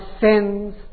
sins